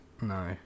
No